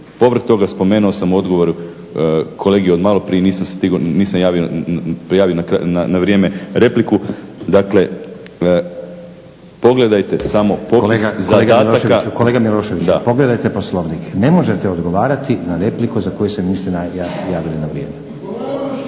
Povrh toga spomenuo sam u odgovoru kolegi od maloprije, nisam stigao na vrijeme prijaviti repliku, dakle pogledajte samo … /Upadica Stazić: Kolega Miloševiću, pogledajte Poslovnik. Ne možete odgovarati na repliku za koju se niste javili na vrijeme./…